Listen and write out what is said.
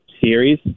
series